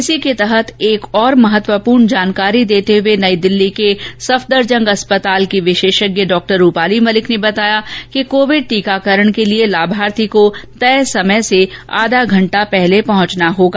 इसी के तहत एक और महत्वपूर्ण जानकारी देते हये नई दिल्ली के सफदरजंग अस्पताल की विशेषज्ञ डॉ रूपाली मलिक ने बताया कि कोविड़ टीकाकरण के लिए लाभार्थी को तय समय से आधा घंटा पहले पहुंचाना होगा